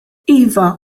iva